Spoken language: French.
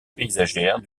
paysagère